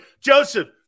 Joseph